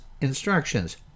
instructions